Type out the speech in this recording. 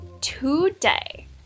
today